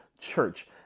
church